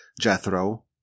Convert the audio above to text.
Jethro